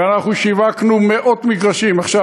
ואנחנו שיווקנו מאות מגרשים עכשיו,